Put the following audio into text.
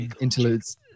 interludes